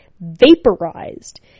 vaporized